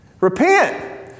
Repent